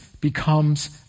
becomes